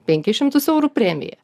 penkis šimtus eurų premiją